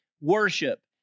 worship